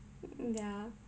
mm ya